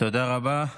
תודה רבה.